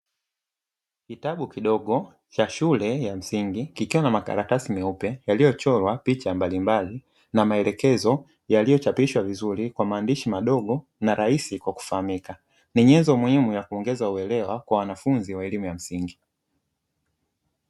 Kitabu kidogo cha shule ya msingi, kikiwa na makaratasi mieupe, yaliyochorwa picha mbalimbali na maelekezo yaliyochapishwa vizuri kwa maandishi madogo na rahisi kufahamika. Ni nyenzo muhimu ya kuongeza uelewa kwa wanafunzi wa elimu ya msingi.